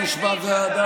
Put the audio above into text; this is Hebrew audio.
קדימה.